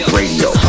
radio